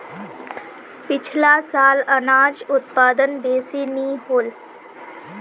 पिछला साल अनाज उत्पादन बेसि नी होल